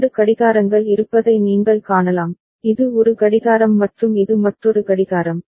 2 கடிகாரங்கள் இருப்பதை நீங்கள் காணலாம் இது ஒரு கடிகாரம் மற்றும் இது மற்றொரு கடிகாரம்